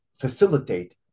facilitate